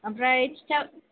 ओमफ्राय थिथा